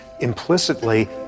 implicitly